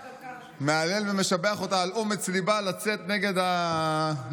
מהלל ומשבח אותה על אומץ ליבה לצאת נגד המפלגה.